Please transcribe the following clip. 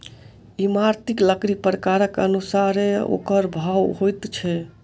इमारती लकड़ीक प्रकारक अनुसारेँ ओकर भाव होइत छै